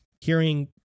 hearing